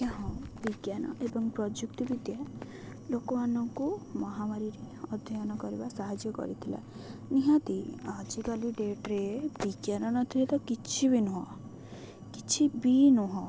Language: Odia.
ହଁ ବିଜ୍ଞାନ ଏବଂ ପ୍ରଯୁକ୍ତି ବିିଦ୍ୟା ଲୋକମାନଙ୍କୁ ମହାମାରୀରେ ଅଧ୍ୟୟନ କରିବା ସାହାଯ୍ୟ କରିଥିଲା ନିହାତି ଆଜିକାଲି ଡେଟ୍ରେ ବିଜ୍ଞାନ ନଥିଲେ ତ କିଛି ବି ନୁହଁ କିଛି ବି ନୁହଁ